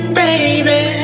baby